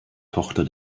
tochter